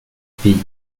pays